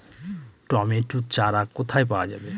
Tomato চারা কোথায় পাওয়া যাবে?